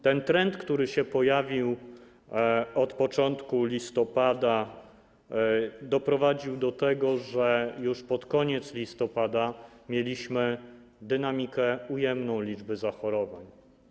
Ten trend, który pojawił się od początku listopada, doprowadził do tego, że już pod koniec listopada mieliśmy dynamikę ujemną liczby zachorowań.